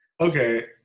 Okay